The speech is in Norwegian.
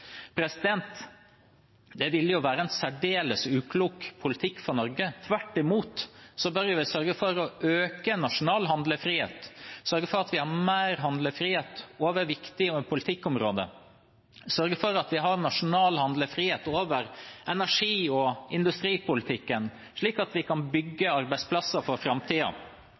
Det ville jo være en særdeles uklok politikk for Norge. Tvert imot bør vi sørge for å øke den nasjonale handlefriheten, sørge for at vi har mer handlefrihet over viktige politikkområder, sørge for at vi har nasjonal handlefrihet over energi- og industripolitikken, slik at vi kan bygge arbeidsplasser for